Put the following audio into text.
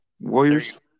Warriors